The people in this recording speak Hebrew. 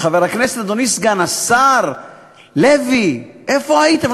חבר הכנסת, אדוני סגן השר לוי, איפה הייתם?